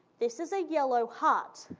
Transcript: this is a yellow heart.